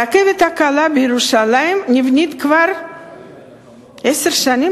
הרכבת הקלה בירושלים נבנית כבר עשר שנים,